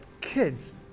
kids